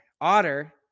otter